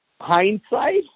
hindsight